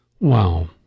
Wow